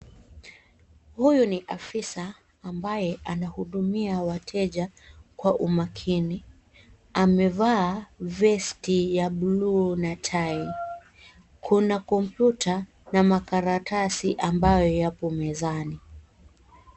Huyu ni afisa ambaye anahudumia wateja kwa umakini amevaa vesti ya bluu na tai, kuna kompyuta na makaratasi ambayo yapo mezani.